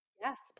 yes